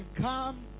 come